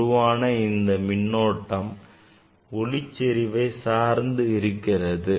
உருவான இந்த மின்னோட்டம் ஒளிச்செறிவை சார்ந்து இருக்கிறது